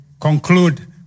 conclude